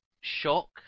shock